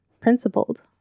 Principled